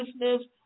business